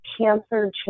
cancer